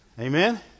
Amen